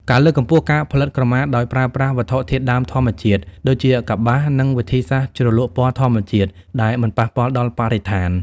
ការលើកកម្ពស់ការផលិតក្រមាដោយប្រើប្រាស់វត្ថុធាតុដើមធម្មជាតិ ដូចជាកប្បាសនិងវិធីសាស្រ្តជ្រលក់ពណ៌ធម្មជាតិដែលមិនប៉ះពាល់ដល់បរិស្ថាន។